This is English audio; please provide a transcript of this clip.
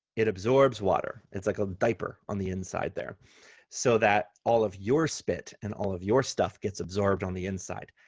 it absorbs water. it's like a diaper on the inside there so that all of your spit and all of your stuff gets absorbed on the inside.